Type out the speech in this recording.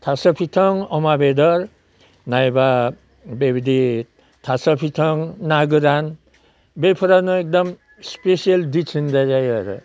थास' फिथं अमा बेदर नायब्ला बेबायदि थास' फिथं ना गोरान बेफोरानो एखदम स्पेसियेल डिश होनजायो आरो